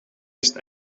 ist